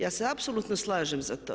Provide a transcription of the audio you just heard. Ja se apsolutno slažem za to.